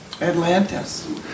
Atlantis